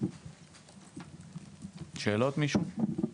שאלות, מישהו?